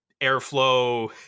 airflow